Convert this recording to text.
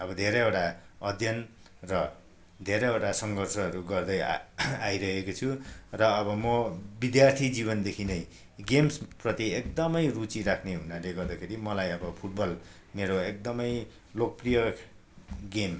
अब धेरैवटा अध्ययन र धेरैवटा सङ्घर्षहरू गर्दै आ आइरहेकै छु र अब म विद्यार्थी जीवनदेखि नै गेम्स प्रति एकदमै रुचि राख्ने हुनाले गर्दाखेरि मलाई अब फुटबल मेरो एकदमै लोकप्रिय गेम